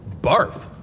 barf